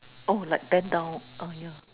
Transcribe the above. oh like bend down ah yeah